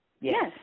Yes